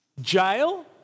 Jail